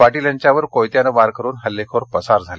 पाटील यांच्यावर कोयत्याने वार करून हल्लेखोर पसार झाले